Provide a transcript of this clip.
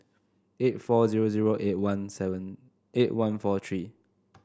eight four zero zero eight one seven eight one four three